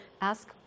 ask